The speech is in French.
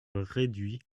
réduits